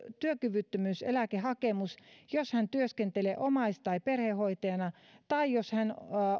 työkyvyttömyyseläkehakemus jos hän työskentelee omais tai perhehoitajana tai jos hän